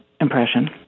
impression